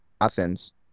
Athens